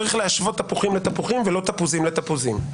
צריך להשוות תפוחים לתפוחים ולא תפוזים לתפוזים.